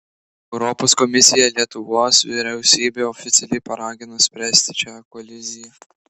europos komisija lietuvos vyriausybę oficialiai paragino spręsti šią koliziją